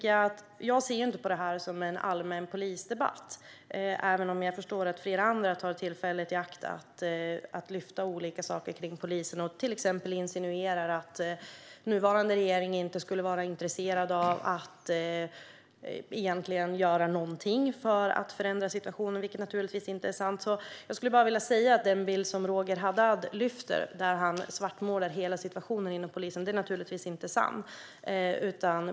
Jag ser inte på detta som en allmän polisdebatt, även om jag förstår att flera andra tar tillfället i akt att lyfta upp olika saker kring polisen och till exempel insinuera att den nuvarande regeringen inte skulle vara intresserad av att göra någonting för att förändra situationen, vilket naturligtvis inte är sant. Den bild som Roger Haddad ger och där han svartmålar hela situationen inom polisen är naturligtvis inte sann.